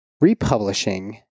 republishing